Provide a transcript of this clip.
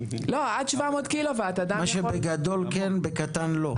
מה שבגדול כן, בקטן לא.